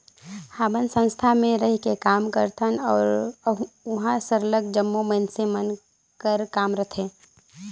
हमन संस्था में रहिके काम करथन उहाँ सरलग जम्मो मइनसे मन कर काम रहथे